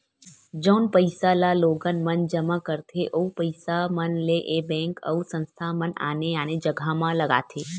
जउन पइसा ल लोगन मन जमा करथे ओ पइसा मन ल ऐ बेंक अउ संस्था मन आने आने जघा म लगाथे